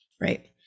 Right